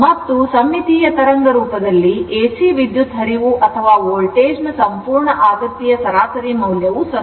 ಮತ್ತು ಸಮ್ಮಿತೀಯ ತರಂಗರೂಪದಲ್ಲಿ ಎಸಿ ವಿದ್ಯುತ್ ಹರಿವು ಅಥವಾ ವೋಲ್ಟೇಜ್ ನ ಸಂಪೂರ್ಣ ಆವೃತ್ತಿಯ ಸರಾಸರಿ ಮೌಲ್ಯವು 0